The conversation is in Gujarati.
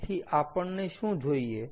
તેથી આપણને શું જોઈએ